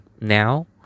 now